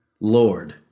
lord